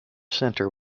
centre